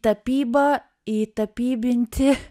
tapybą įtapybinti